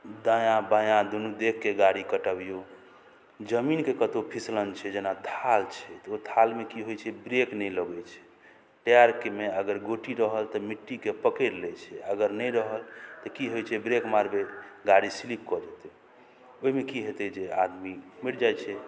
दायाँ बायाँ दुनू देखके गाड़ी कटबियौ जमीनके कतौ फिसलन छै जेना थाल छै तऽ ओ थालमे की होइ छै ब्रेक नहि लगै छै टायरमे अगर गोटी रहल तऽ मिट्टीके पकैड़ लै छै अगर नहि रहल तऽ की होइ छै ब्रेक मारबै गाड़ी स्लिप कऽ जेतै ओहिमे की हेतै जे आदमी मरि जाइ छै